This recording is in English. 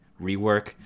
rework